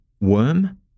worm